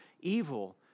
evil